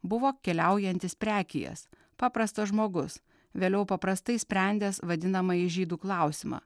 buvo keliaujantis prekijas paprastas žmogus vėliau paprastai sprendęs vadinamąjį žydų klausimą